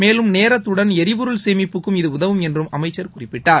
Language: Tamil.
மேலும் நேரத்துடன் எரிபொருள் சேமிப்புக்கும் இது உதவும் என்றும் அமைச்சர் குறிப்பிட்டார்